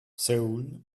seoul